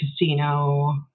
casino